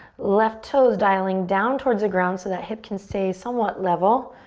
left toes dialing down towards the ground so that hip can stay somewhat level.